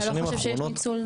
אתה לא חושב שיש ניצול?